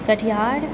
Katihar